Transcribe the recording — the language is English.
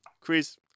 Chris